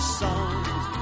songs